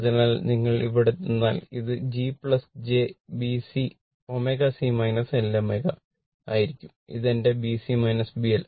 അതിനാൽ നിങ്ങൾ ഇവിടെ വന്നാൽ അത് G j ആയിരിക്കും ഇത് എന്റെ B C B L